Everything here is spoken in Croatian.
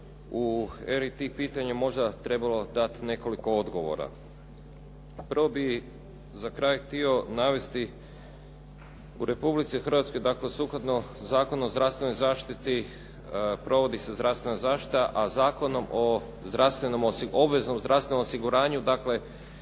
bih u RET pitanje možda trebalo dati nekoliko odgovora. Prvo bih za kraj htio navesti, u Republici Hrvatskoj dakle sukladno Zakonu o zdravstvenoj zaštiti provodi se zdravstvena zaštita, a Zakonom o obveznom zdravstvenom osiguranju dakle